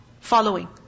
Following